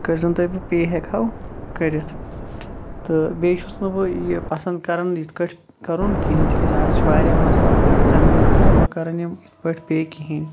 تۄہہِ بہٕ پے ہیٚکہَو کٔرِتھ تہٕ بیٚیہِ چھُس نہٕ بہٕ یہِ پَسَنٛد کَران یِتھ کٲٹھۍ کَرُن کِہِیٖنۍ تکیازِ آز چھِ واریاہ مَسلہٕ آسان تہٕ تمہِ موٗجوٗب چھُس نہٕ بہٕ کَران یِم یِتھ پٲٹھۍ پے کِہیٖنۍ